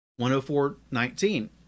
104.19